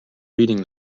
reading